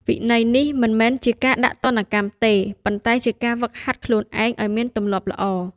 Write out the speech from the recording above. វិន័យនេះមិនមែនជាការដាក់ទណ្ឌកម្មទេ ប៉ុន្តែជាការហ្វឹកហាត់ខ្លួនឯងឲ្យមានទម្លាប់ល្អ។